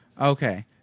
Okay